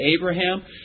Abraham